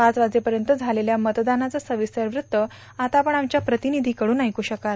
पाच वाजेपर्यंत झालेल्या मंतदानाचं सविस्तर वृत्त आता आपण आमच्या प्रतिनिधीकडून ऐकू शकाल